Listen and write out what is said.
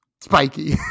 spiky